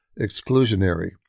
exclusionary